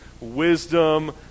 wisdom